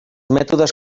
mètodes